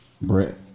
Brett